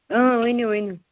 اۭں ؤنِو ؤنِو